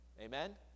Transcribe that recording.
Amen